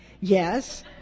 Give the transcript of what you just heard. Yes